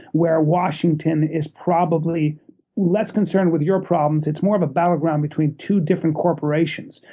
where washington is probably less concerned with your problems it's more of a battle ground between two different corporations.